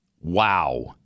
Wow